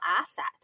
asset